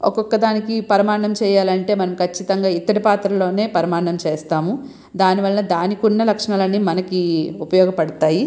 ఒక్కొక్క దానికి పరమాన్నం చెయ్యాలంటే మనం ఖచ్చితంగా ఇత్తడి పాత్రలో పరమాన్నం చేస్తాము దానివలన దాని కున్న లక్షణాలన్నీ మనకి ఉపయోగపడుతాయి